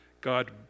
God